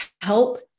help